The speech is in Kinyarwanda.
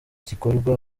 gikorwa